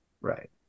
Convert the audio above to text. Right